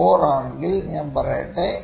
4 ആണെങ്കിൽ ഞാൻ പറയട്ടെ